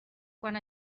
quan